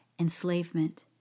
enslavement